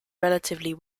relatively